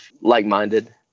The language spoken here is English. like-minded